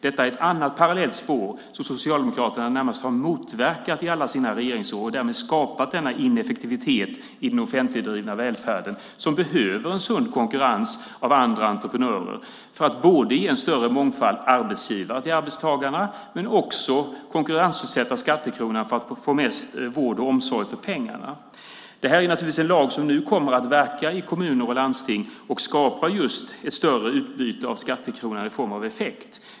Detta är ett annat parallellt spår som Socialdemokraterna närmast har motverkat i alla sina regeringsår och därmed skapat denna ineffektivitet i den offentligdrivna välfärden som behöver en sund konkurrens av andra entreprenörer. Det är både för att ge en större mångfald arbetsgivare till arbetstagarna och för att konkurrensutsätta skattekronan för att få mest vård och omsorg för pengarna. Det är en lag som nu kommer att verka i kommuner och landsting och skapa just ett större utbyte av skattekronan i form av effekt.